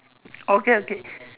okay okay